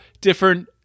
different